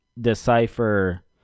decipher